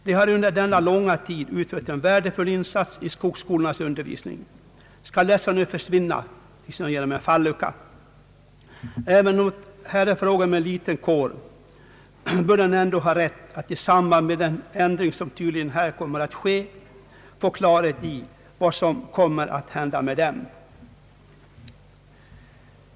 De har under denna långa tid utfört en värdefull insats i skogsskolornas undervisning. Skall dessa tjänstemän nu försvinna som genom en fallucka? Även om det här är fråga om en liten kår bör den ändå ha rätt att i samband med den ändring, som tydligen här kommer att ske, få klarhet i vad som kommer att hända med dem.